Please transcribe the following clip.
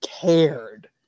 cared